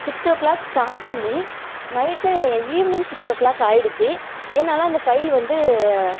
six o'clock start பண்ணி night evening six o'clock ஆயிடுச்சு என்னால் அந்த ஃபைல் வந்து